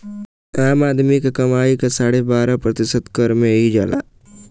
आम आदमी क कमाई क साढ़े बारह प्रतिशत कर में ही जाला